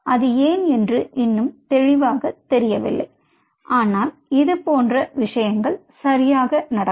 அது ஏன் என்று இன்னும் தெளிவாகத் தெரியவில்லை ஆனால் இதுபோன்ற விஷயங்கள் சரியாக நடக்கும்